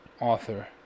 author